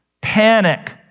panic